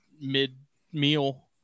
mid-meal